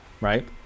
Right